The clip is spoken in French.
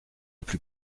plus